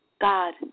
God